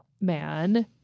man